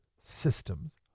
systems